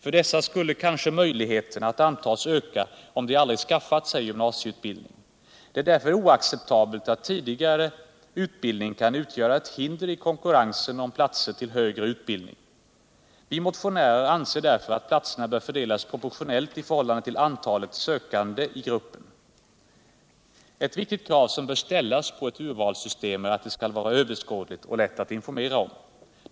För dessa skulle kanske möjligheten att antas öka om de aldrig skaffat sig gymnasieutbildning. Det är därför oacceptabelt att tidigare utbildning kan utgöra ett hinder i konkurrensen om platser till högre utbildning. Vi motionärer anser därför att platserna bör fördelas proportionellt i förhållande till antalet sökande i gruppen. Ett viktigt krav som bör ställas på urvalssystemet är att det skall vara överskådligt och lätt att informera om.